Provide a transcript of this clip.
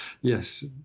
yes